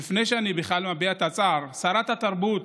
אבל לפני שאני בכלל מביע את הצער, שרת התרבות